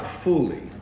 Fully